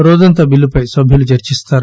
రోజంతా బిల్లుపై సభ్యులు చర్చిస్తారు